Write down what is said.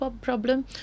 problem